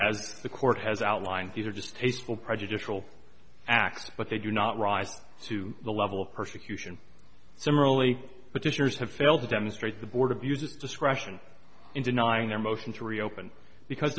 as the court has outlined these are just hateful prejudicial acts but they do not rise to the level of persecution similarly petitioners have failed to demonstrate the board of use its discretion in denying their motion to reopen because